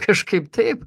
kažkaip taip